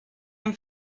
and